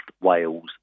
Wales